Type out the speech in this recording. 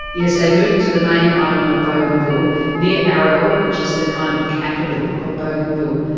yes, they moved to the main island of bougainville, near arawa which is the kind of capital of bougainville.